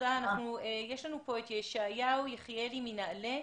יש לנו כאן את ישעיהו יחיאלי מנעל"ה.